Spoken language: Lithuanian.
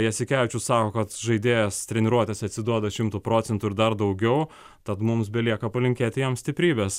jasikevičius sako kad žaidėjas treniruotėse atsiduoda šimtu procentų ir dar daugiau tad mums belieka palinkėti jam stiprybės